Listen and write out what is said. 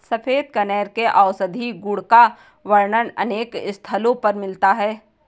सफेद कनेर के औषधीय गुण का वर्णन अनेक स्थलों पर मिलता है